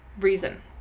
reason